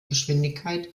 geschwindigkeit